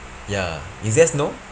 ya is there snow